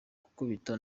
gukubita